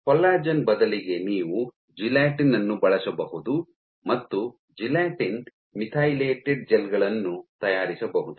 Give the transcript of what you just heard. collagen ಬದಲಿಗೆ ನೀವು gelatin ಅನ್ನು ಬಳಸಿಕೊಳ್ಳಬಹುದು ಮತ್ತು ಜೆಲಾಟಿನ್ ಮೆತಿಲೇಟೆಡ್ ಜೆಲ್ ಗಳನ್ನು ತಯಾರಿಸಬಹುದು